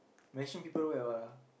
Malaysian people wear what ah